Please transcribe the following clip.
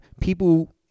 people